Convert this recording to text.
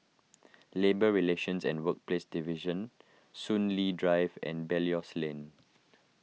Labour Relations and Workplaces Division Soon Lee Drive and Belilios Lane